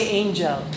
angel